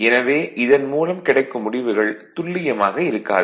எனவே இதன் மூலம் கிடைக்கும் முடிவுகள் துல்லியமாக இருக்காது